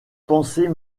pensées